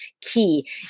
key